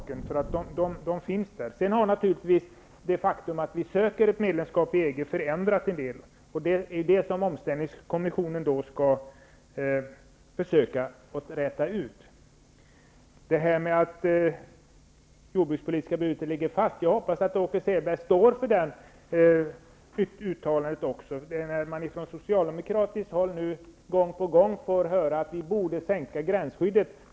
Det faktum att vi söker medlemskap i EG har naturligtvis också förändrat en del. Det är detta som omställningskommissionen skall försöka att räta ut. Jag hoppas att Åke Selberg står för uttalandet att det jordbrukspolitiska beslutet skall ligga fast. Från socialdemokratiskt håll får man nu gång på gång höra att vi borde sänka gränsskyddet.